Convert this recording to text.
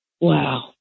Wow